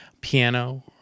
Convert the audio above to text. Piano